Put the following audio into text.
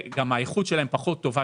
האיכות של תמר מג'הול פחות טובה,